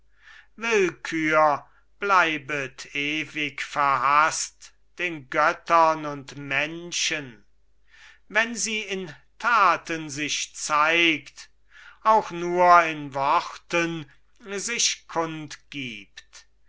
willkür bleibet ewig verhaßt den göttern und menschen wenn sie in taten sich zeigt auch nur in worten sich kund gibt